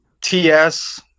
TS